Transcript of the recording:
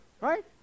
Right